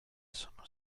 sono